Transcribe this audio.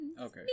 Okay